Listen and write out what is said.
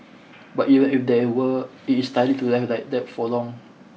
even if there were it is tiring to drive like that for long